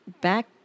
back